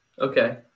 okay